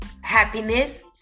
happiness